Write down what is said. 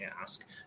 ask